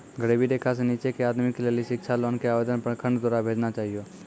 गरीबी रेखा से नीचे के आदमी के लेली शिक्षा लोन के आवेदन प्रखंड के द्वारा भेजना चाहियौ?